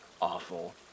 awful